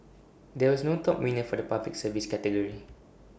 there was no top winner for the Public Service category